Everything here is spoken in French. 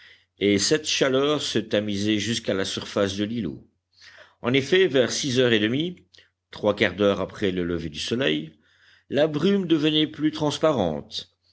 et cette chaleur se tamisait jusqu'à la surface de l'îlot en effet vers six heures et demie trois quarts d'heure après le lever du soleil la brume devenait plus transparente